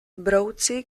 brouci